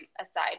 aside